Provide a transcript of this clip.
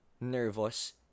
nervous